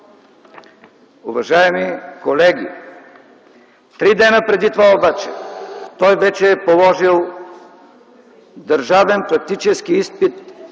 Уважаеми колеги, три дни преди това обаче, той вече е положил държавен практически изпит